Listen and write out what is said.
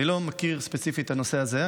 אני לא מכיר ספציפית את הנושא הזה.